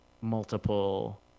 multiple